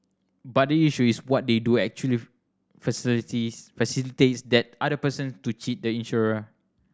but the issue is what they do actually facilities facilitates that other person to cheat the insurer